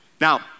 Now